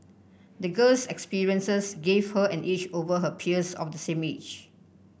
the girl's experiences gave her an edge over her peers of the same age